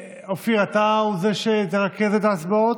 אופיר, אתה הוא זה שירכז את ההצבעות.